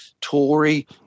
Tory